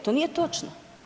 To nije točno.